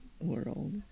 world